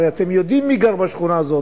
הרי אתם יודעים מי גר בשכונה הזאת,